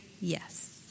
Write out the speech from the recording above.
Yes